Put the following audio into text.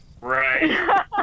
Right